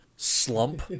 slump